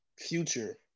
Future